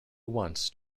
once